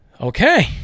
Okay